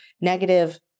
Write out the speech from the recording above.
negative